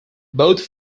both